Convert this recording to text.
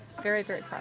very, very